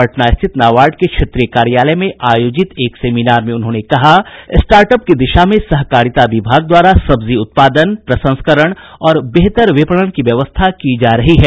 पटना स्थित नाबार्ड के क्षेत्रीय कार्यालय में आयोजित एक सेमिनार में उन्होंने कहा कि स्टार्टअप की दिशा में सहकारिता विभाग द्वारा सब्जी उत्पादन प्रसंस्करण और बेहतर विपणन की व्यवस्था की जा रही है